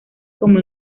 como